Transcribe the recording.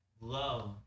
love